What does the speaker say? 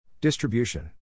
Distribution